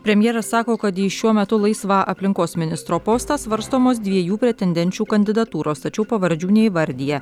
premjeras sako kad šiuo metu laisvą aplinkos ministro postą svarstomos dviejų pretendenčių kandidatūros tačiau pavardžių neįvardija